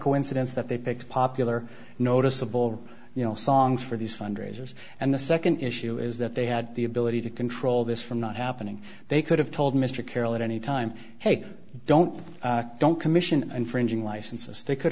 coincidence that they picked the popular noticeable you know songs for these fundraisers and the nd issue is that they had the ability to control this from not happening they could have told mr carroll at any time hey don't don't commission infringing licenses they could